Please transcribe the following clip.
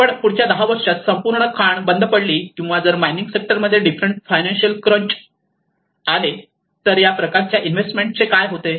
पण पुढच्या 10 वर्षात संपूर्ण खाण बंद पडली किंवा जर mining sector different financial crunch मध्ये सापडले तर या प्रकारच्या इन्व्हेस्टमेंट चे काय होते